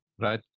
right